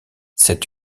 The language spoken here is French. cet